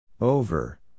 Over